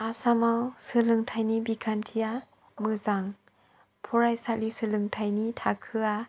आसामाव सोलोंथाइनि बिखान्थिआ मोजां फरायसालि सोलोंथाइनि थाखोआ